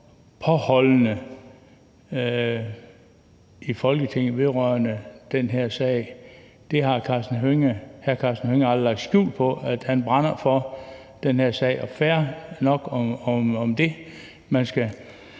vedholdende i Folketinget vedrørende den her sag. Og det har hr. Karsten Hønge aldrig lagt skjul på, altså at han brænder for den her sag, og det er fair nok. Man skal